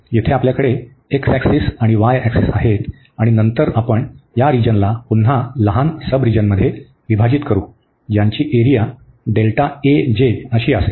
येथे आपल्याकडे x axis आणि y ऍक्सिस आहेत आणि नंतर आपण या रिजन ला पुन्हा लहान सबरिजन मध्ये विभाजित करू ज्यांची एरिया असेल